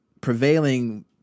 prevailing